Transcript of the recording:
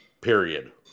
Period